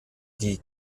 die